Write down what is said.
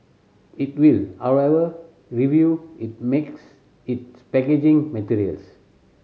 it will however review it makes its packaging materials